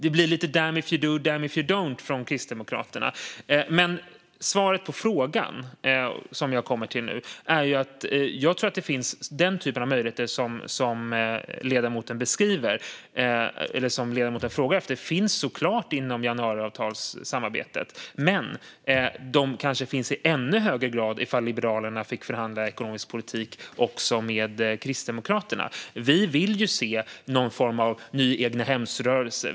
Det blir lite "damned if you do, damned if you don't" från Kristdemokraternas sida. Svaret på frågan är att de möjligheter som ledamoten frågar efter såklart finns inom januariavtalssamarbetet. Men de kanske skulle finnas i ännu högre grad om Liberalerna fick förhandla ekonomisk politik också med Kristdemokraterna. Vi vill ju se någon form av ny egnahemsrörelse.